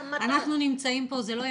אנחנו נמצאים פה, זה לא אמוציות,